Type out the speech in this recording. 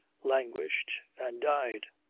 languished and died.